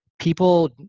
people